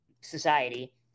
society